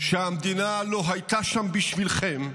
שהמדינה לא הייתה שם בשבילכם,